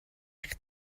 eich